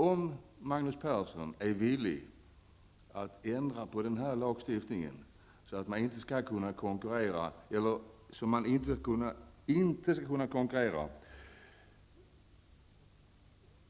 Om Magnus Persson är villig att ändra på lagstiftningen, så att man inte skall kunna låta bli att konkurrera,